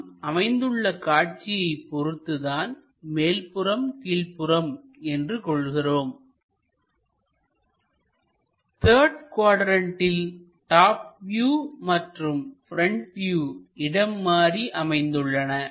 நாம் அமைந்துள்ள காட்சியை பொறுத்துதான் மேல்புறம் கீழ்புறம் என்று கொள்கிறோம் த்தர்டு குவாட்ரண்ட்டில் டாப் வியூ மற்றும் ப்ரெண்ட் வியூ இடம்மாறி அமைந்துள்ளன